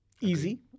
Easy